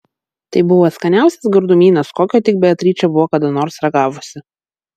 tai buvo skaniausias gardumynas kokio tik beatričė buvo kada nors ragavusi